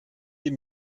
die